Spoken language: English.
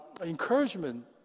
encouragement